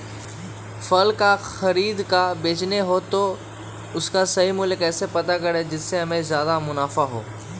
फल का खरीद का बेचना हो तो उसका सही मूल्य कैसे पता करें जिससे हमारा ज्याद मुनाफा हो?